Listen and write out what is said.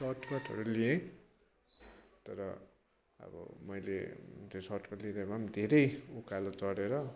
सर्टकटहरू लिएँ तर अब मैले त्यो सर्टकटले लिँदा भए पनि धेरै उकालो चढेर